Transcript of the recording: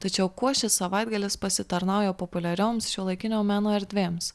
tačiau kuo šis savaitgalis pasitarnauja populiarioms šiuolaikinio meno erdvėms